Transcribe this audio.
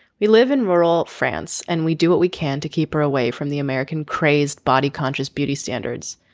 we live in rural france and we do what we can to keep her away from the american crazed body conscious beauty standards.